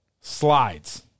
slides